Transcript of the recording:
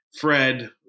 Fred